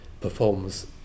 performs